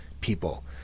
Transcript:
people